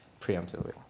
Preemptively